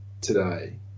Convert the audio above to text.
today